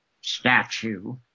statue